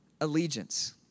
allegiance